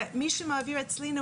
ומי שמעביר אצלנו